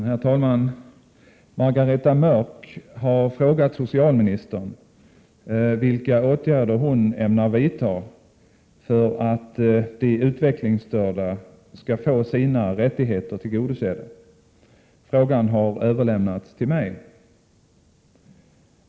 Herr talman! Margareta Mörck har frågat socialministern vilka åtgärder hon ämnar vidta för att de utvecklingsstörda skall få sina rättigheter tillgodosedda. Frågan har överlämnats till mig.